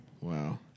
Wow